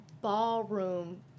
ballroom